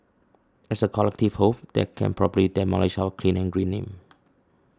as a collective whole that can probably demolish our Clean and Green name